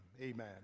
Amen